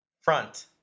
front